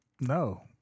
no